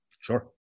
Sure